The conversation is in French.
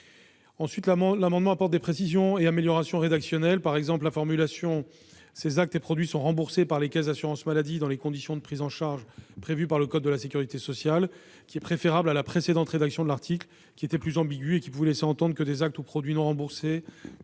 vise également à apporter des précisions et des améliorations rédactionnelles. Par exemple, la formulation « ces actes et produits sont remboursés par les caisses d'assurance maladie dans les conditions de prise en charge prévues par le code de la sécurité sociale » est préférable à la précédente rédaction, plus ambiguë, qui pouvait laisser entendre que des actes ou produits non remboursés